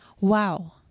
wow